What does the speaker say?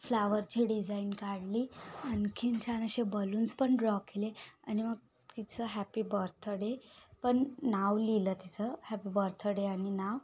फ्लावरची design काढली आणखीन छान अशे बलून्स पण ड्रॉ केले आणि मग तिचं हॅपी बर्थडे पण नाव लिहिलं तिचं हॅपी बर्थडे आणि नाव